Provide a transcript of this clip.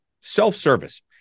Self-service